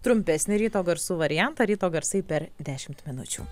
trumpesnį ryto garsų variantą ryto garsai per dešimt minučių